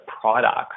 product